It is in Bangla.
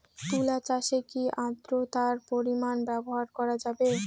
তুলা চাষে কি আদ্রর্তার পরিমাণ ব্যবহার করা যাবে?